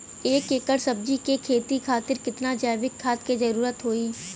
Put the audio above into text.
एक एकड़ सब्जी के खेती खातिर कितना जैविक खाद के जरूरत होई?